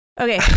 Okay